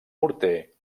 morter